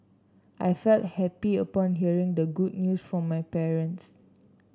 I felt happy upon hearing the good news from my parents